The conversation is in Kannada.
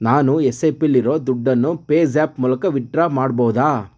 ನಾನು ಎಸ್ ಐ ಪಿಲಿರೋ ದುಡ್ಡನ್ನು ಪೆ ಜ್ಯಾಪ್ ಮೂಲಕ ವಿತ್ಡ್ರಾ ಮಾಡ್ಬಹುದ